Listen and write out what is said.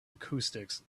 acoustics